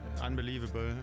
unbelievable